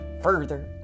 Further